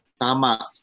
tama